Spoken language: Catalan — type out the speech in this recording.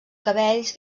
cabells